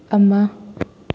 ꯑꯃ